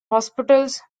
hospitals